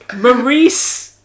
Maurice